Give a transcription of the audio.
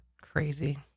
Crazy